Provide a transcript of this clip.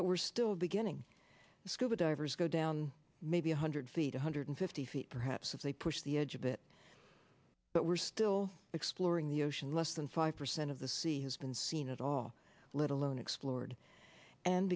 but we're still beginning scuba divers go down maybe one hundred feet one hundred fifty feet perhaps if they push the edge a bit but we're still exploring the ocean less than five percent of the sea has been seen at all let alone explored and